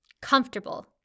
comfortable